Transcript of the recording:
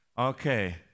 Okay